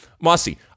Mossy